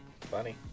Funny